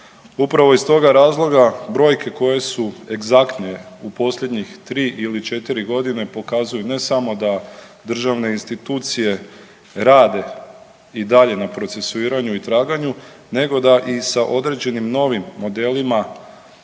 Upravo iz toga razloga brojke koje su egzaktne u posljednjih tri ili četiri godine pokazuju ne samo da državne institucije rade i dalje na procesuiranju i traganju nego da i sa određenim novim modelima